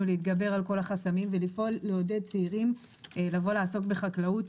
להתגבר על כל החסמים ולפעול לעודד צעירים לבוא ולעסוק בחקלאות.